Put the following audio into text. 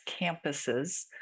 campuses